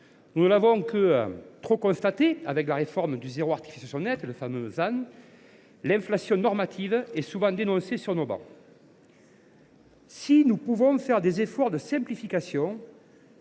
Nous ne l’avons que trop constaté, avec la réforme du zéro artificialisation nette (ZAN). L’inflation normative est souvent dénoncée sur nos travées. Si nous pouvons faire des efforts de simplification,